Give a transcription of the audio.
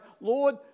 Lord